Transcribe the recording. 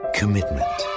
commitment